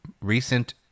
recent